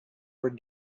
were